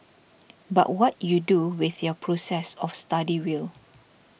but what you do with your process of study will